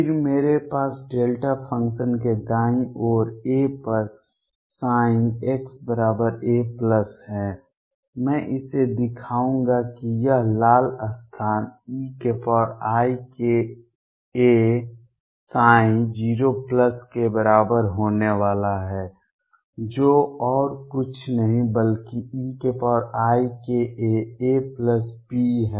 फिर मेरे पास डेल्टा फ़ंक्शन के दाईं ओर a पर xa है मैं इसे दिखाऊंगा कि यह लाल स्थान eikaψ0 के बराबर होने वाला है जो और कुछ नहीं बल्कि eikaAB है